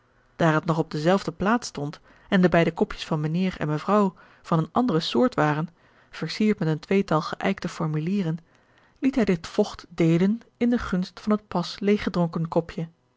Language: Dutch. daar het nog op dezelfde plaats stond en de beide kopjes van mijnheer en mevrouw van eene andere soort waren versierd met een tweetal geëikte formulieren liet hij dit vocht deelen in de gunst van het pas leêggedronken kopje